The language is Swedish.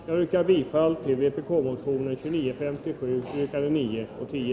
Jag yrkar bifall till vpk-motion 2957 yrkande 9 och 10.